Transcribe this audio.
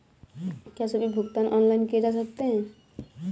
क्या सभी भुगतान ऑनलाइन किए जा सकते हैं?